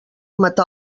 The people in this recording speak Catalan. matar